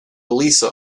elisa